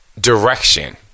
direction